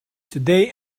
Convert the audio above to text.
today